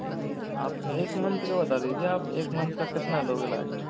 जी आप एक मंथ का बता दीजिए आप एक मंथ का कितना लोगे लास्ट